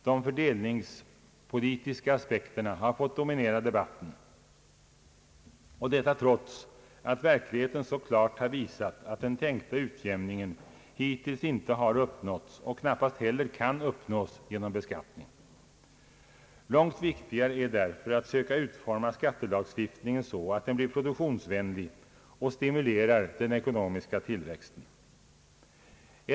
De fördelningspolitiska aspekterna har fått dominera debatten och detta trots att verkligheten så klart har visat att den tänkta utjämningen hittills inte har uppnåtts och knappast heller kan uppnås genom beskattning. Långt viktigare är därför att söka utforma skattelagstiftningen så att den blir produktionsvänlig och stimulerar den ekonomiska tillväxten.